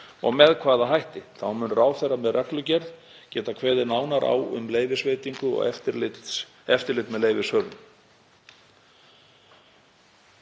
og með hvaða hætti. Þá mun ráðherra með reglugerð geta kveðið nánar á um leyfisveitingu og eftirlit með leyfishöfum.